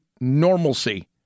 normalcy